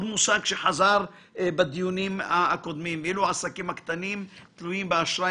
מושג שחזר בדיונים הקודמים - ואילו העסקים הקטנים תלויים באשראי